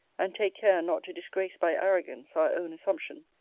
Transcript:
and take care not to disgrace by arrogance our own assumption,